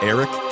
Eric